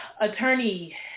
Attorney